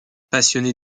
passionnée